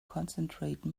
concentrate